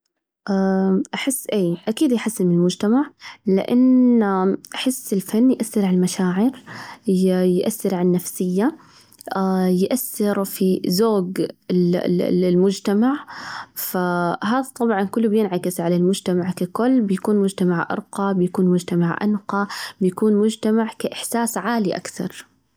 أحس إيه، أكيد يحسن من المجتمع، لإن أحس الفن يأثر على المشاعر، يأثر على النفسية، يأثر في ذوج المجتمع، فهذا طبعاً كله بينعكس على المجتمع ككل، بيكون مجتمع أرقى، بيكون مجتمع أنقى، بيكون مجتمع كإحساس عالي أكثر.